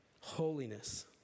Holiness